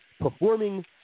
performing